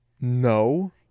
No